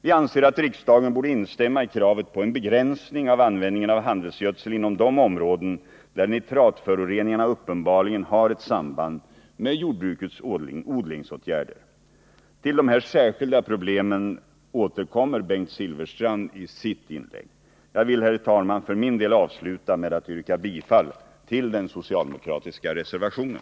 Vi anser att riksdagen borde instämma i kravet på en begränsning av användningen av handelsgödsel inom de områden där nitratföroreningarna uppenbarligen har ett samband med jordbrukets odlingsåtgärder. Till dessa särskilda problem återkommer Bengt Silfverstrand i sitt inlägg. Jag vill, herr talman, för min del avsluta med att yrka bifall till den socialdemokratiska reservationen.